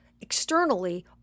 externally